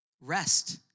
rest